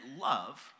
love